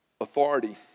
authority